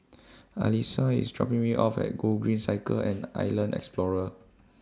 Allyssa IS dropping Me off At Gogreen Cycle and Island Explorer